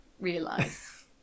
realize